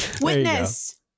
Witness